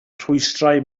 rhwystrau